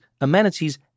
amenities